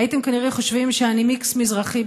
הייתם כנראה חושבים שאני מיקס מזרחי.